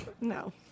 no